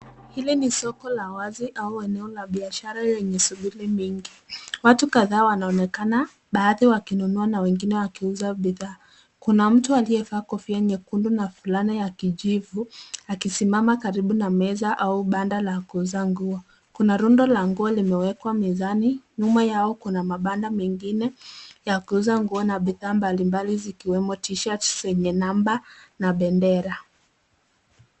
Hili ni soko la wazi au eneo la biashara lenye shughuli mingi. Watu kadhaa wanaonekana, baadhi wakinunua na wengine wakiuza bidhaa. Kuna mtu aliyevaa kofia nyekundu na fulana ya kijivu akisimama karibu na meza au banda la kuuza nguo. Kuna rundo la nguo limewekwa mezani. Nyuma yao kuna mabanda mengine ya kuuza nguo na bidhaa mbalimbali zikiwemo t-shirt zenye namba na bendera.